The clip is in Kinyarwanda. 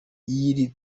y’iri